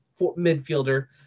midfielder